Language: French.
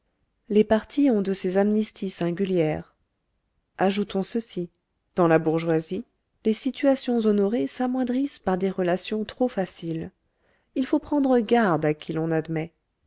les partis ont de ces amnisties singulières ajoutons ceci dans la bourgeoisie les situations honorées s'amoindrissent par des relations trop faciles il faut prendre garde à qui l'on admet